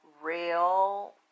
real